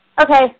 Okay